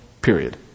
period